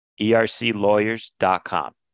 erclawyers.com